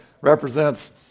represents